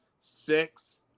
six